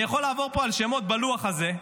אני יכול לעבור פה על שמות בלוח הזה,